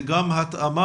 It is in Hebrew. זה גם התאמה.